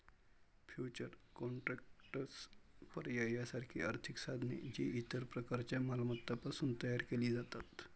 futures contracts, पर्याय यासारखी आर्थिक साधने, जी इतर प्रकारच्या मालमत्तांपासून तयार केली जातात